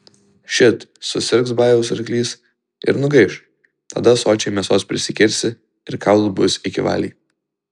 šit susirgs bajaus arklys ir nugaiš tada sočiai mėsos prisikirsi ir kaulų bus iki valiai